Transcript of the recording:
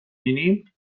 بینیم